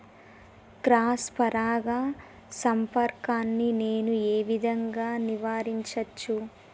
Cross పరాగ సంపర్కాన్ని నేను ఏ విధంగా నివారించచ్చు?